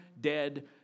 dead